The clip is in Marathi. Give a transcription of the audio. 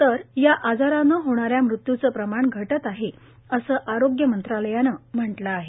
तर या आजारानं होणाऱ्या मृत्यूचं प्रमाण घटत आहे असं आरोग्य मंत्रालयानं म्हटलं आहे